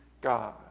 God